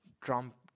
Trump